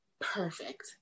perfect